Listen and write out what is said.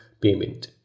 payment